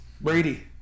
Brady